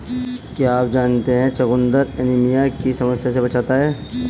क्या आप जानते है चुकंदर एनीमिया की समस्या से बचाता है?